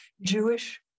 Jewish